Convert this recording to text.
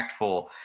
impactful